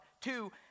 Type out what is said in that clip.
Two